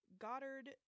Goddard